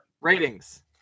Ratings